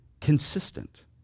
consistent